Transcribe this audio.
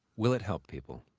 will it help people?